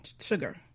sugar